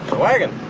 wagon!